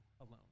alone